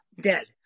dead